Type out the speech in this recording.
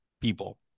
people